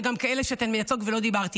וגם כאלה שאתן מייצגות ולא דיברתי